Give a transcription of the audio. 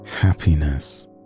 happiness